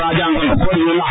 ராஜாங்கம் கோரியுள்ளார்